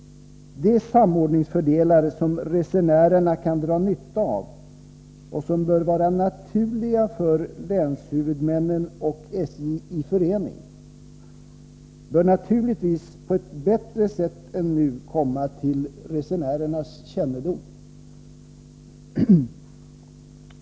De samordningsfördelar som resenärerna kan dra nytta av och som bör vara naturliga för länshuvudmännen och SJ i förening bör naturligtvis på ett bättre sätt än nu komma till resenärernas kännedom.